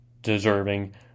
deserving